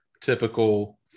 typical